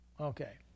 Okay